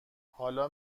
حالا